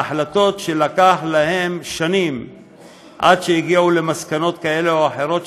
וההחלטות שלקח להן שנים עד שהגיעו למסקנות כאלה או אחרות,